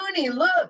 look